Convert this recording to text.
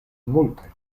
multaj